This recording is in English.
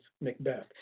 macbeth